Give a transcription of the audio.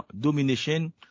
domination